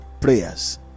prayers